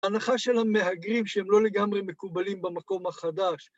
ההנחה של המהגרים שהם לא לגמרי מקובלים במקום החדש.